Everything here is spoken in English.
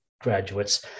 graduates